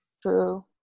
True